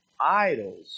idols